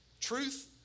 Truth